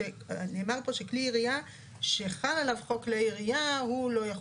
נאמר פה שכלי ירייה שחל עליו חוק כלי ירייה הוא לא יחול,